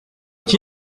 qui